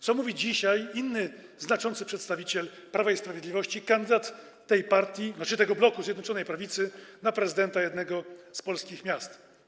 Co mówi dzisiaj inny znaczący przedstawiciel Prawa i Sprawiedliwości, kandydat tej partii, tzn. tego bloku Zjednoczonej Prawicy, na prezydenta jednego z polskich miast?